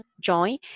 join